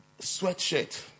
sweatshirt